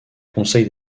conseil